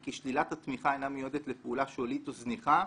וכי שלילת התמיכה אינה מיועדת לפעולה שולית או זניחה,